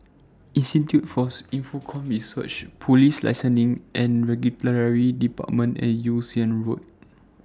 Institute For Infocomm Research Police Licensing and Regulatory department and Yew Siang Road